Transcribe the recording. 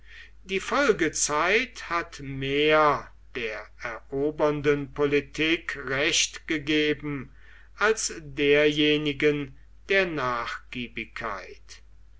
die folgezeit hat mehr der erobernden politik recht gegeben als derjenigen der nachgiebigkeit